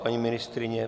Paní ministryně?